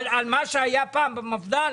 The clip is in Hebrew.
על מה שהיה פעם במפד"ל,